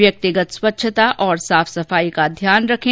व्यक्तिगत स्वच्छता और साफ सफाई का ध्यान रखें